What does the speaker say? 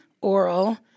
oral